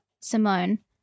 Simone